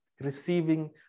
receiving